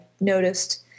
noticed